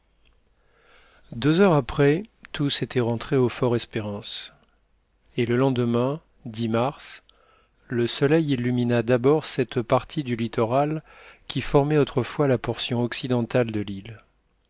deux heures après tous étaient rentrés au fort espérance et le lendemain mars le soleil illumina d'abord cette partie du littoral qui formait autrefois la portion occidentale de l'île